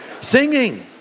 singing